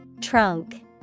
Trunk